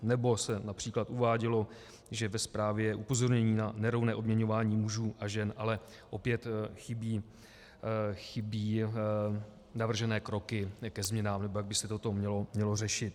Nebo se například uvádělo, že ve zprávě je upozornění na nerovné odměňování mužů a žen, ale opět chybí navržené kroky ke změnám, jak by se toto mělo řešit.